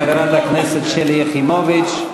חברת הכנסת שלי יחימוביץ.